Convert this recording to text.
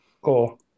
Cool